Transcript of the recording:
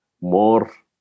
more